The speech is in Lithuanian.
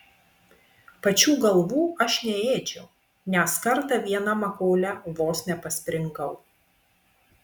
pačių galvų aš neėdžiau nes kartą viena makaule vos nepaspringau